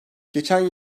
geçen